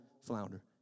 flounder